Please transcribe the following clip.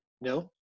No